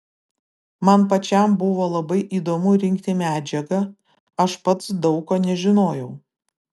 man pačiam buvo labai įdomu rinkti medžiagą aš pats daug ko nežinojau